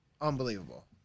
unbelievable